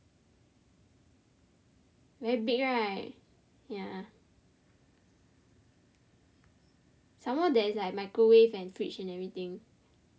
very big right ya some more there is like microwave and fridge and everything